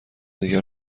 دیگر